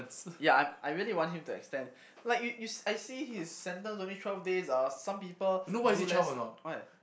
ya I I really want him to extend like you you I see his sentence only twelve days ah some people do less why